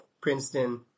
Princeton